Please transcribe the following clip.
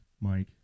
Mike